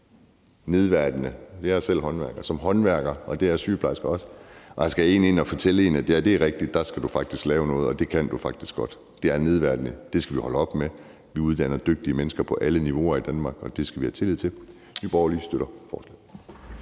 nedværdigende som håndværker – jeg er selv håndværker, og det er sygeplejersker også – end at der skal en ind og fortælle en, hvad der er rigtigt, og hvad man skal lave, og sige: Det kan du faktisk godt. Det er nedværdigende, og det skal vi holde op med. Vi uddanner dygtige mennesker på alle niveauer i Danmark, og det skal vi have tillid til. Nye Borgerlige støtter forslaget.